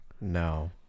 No